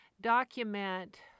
document